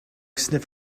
sniff